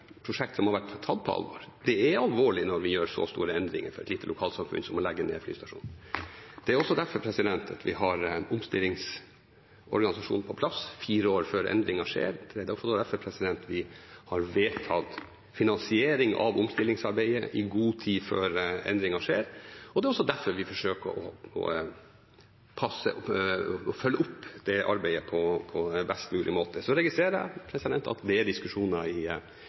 prosjekt som har vært tatt på alvor. Det er alvorlig når vi gjør så store endringer for et lite lokalsamfunn som å legge ned flystasjonen. Det er derfor vi har en omstillingsorganisasjon på plass fire år før endringen skjer, det er derfor vi har vedtatt finansiering av omstillingsarbeidet i god tid før endringen skjer, og det er også derfor vi forsøker å følge opp det arbeidet på best mulig måte. Så registrerer jeg at det er diskusjoner i